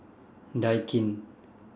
Daikin